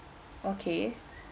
okay